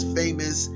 famous